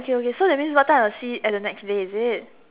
okay okay so that means what time I'll see at the next day is it